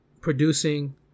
producing